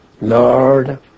Lord